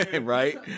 Right